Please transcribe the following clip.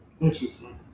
interesting